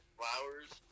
flowers